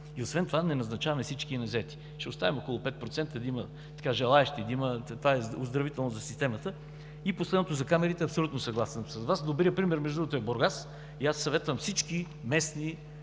Освен това не назначаваме всички незаети. Ще оставим около 5% желаещи да има. Това е оздравително за системата. Последното, за камерите. Абсолютно съгласен съм с Вас. Добрият пример, между другото, е Бургас и съветвам всички местни